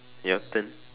your turn